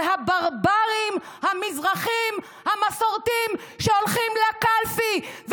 הברברים המזרחים המסורתיים שהולכים לקלפי,